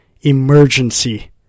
Emergency